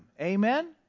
Amen